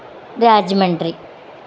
Rajahmundry